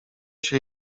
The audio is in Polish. się